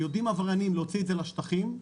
עבריינים יודעים להוציא את זה לשטחים.